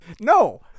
No